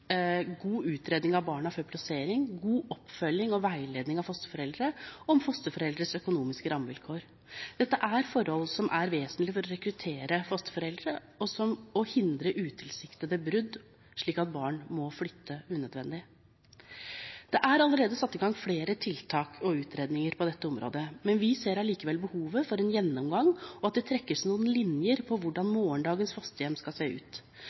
god utredning av barna før plassering, god oppfølging og veiledning av fosterforeldre og om fosterforeldres økonomiske rammevilkår. Dette er forhold som er vesentlige for å rekruttere fosterforeldre og hindre utilsiktede brudd som gjør at barna må flytte unødvendig. Det er allerede satt i gang flere tiltak og utredninger på dette området, men vi ser allikevel behovet for en gjennomgang og for at det trekkes noen linjer for hvordan morgendagens fosterhjem skal se ut.